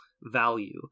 value